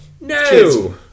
No